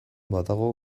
badago